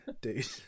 dude